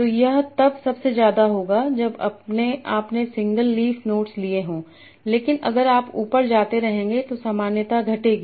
तो यह तब सबसे ज्यादा होगा जब आपने सिंगल लीफ नोड्स लिए हों लेकिन अगर आप ऊपर जाते रहेंगे तो समानता घटेगी